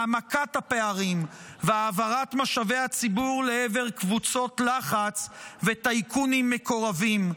העמקת הפערים והעברת משאבי הציבור לעבר קבוצות לחץ וטייקונים מקורבים.